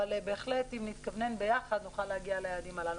בהחלט אם נתכוונן ביחד נוכל להגיע ליעדים הללו.